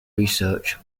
research